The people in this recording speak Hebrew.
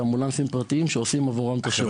אמבולנסים פרטיים שעושים עבורם את השירות.